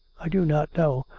i do not know.